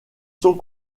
sont